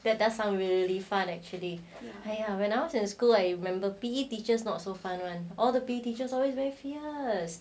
that does sound really fun actually lah when I was in school I remember P_E teachers not so fun [one] all the teachers always very fierce